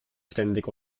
ständig